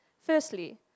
Firstly